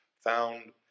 found